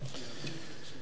אדוני היושב-ראש,